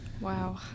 wow